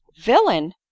villain